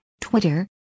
Twitter